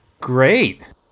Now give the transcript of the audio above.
great